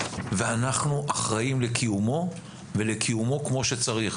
ואנחנו אחראים לקיומו ולקיומו כמו שצריך.